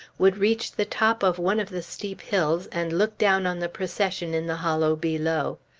would reach the top of one of the steep hills and look down on the procession in the hollow below.